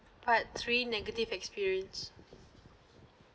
part three negative experience